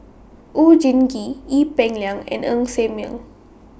Oon Jin Gee Ee Peng Liang and Ng Ser Miang